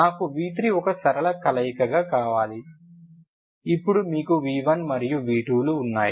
నాకు v3 ఒక సరళ కలయికగా కావాలి ఇప్పుడు మీకు v1 మరియు v2 లు ఉన్నాయి